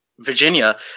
Virginia